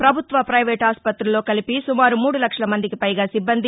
ప్రభుత్వ పైవేటు ఆస్పతుల్లో కలిపి సుమారు మూడు లక్షల మందికిపైగా సిబ్బంది